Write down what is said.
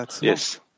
yes